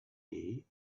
day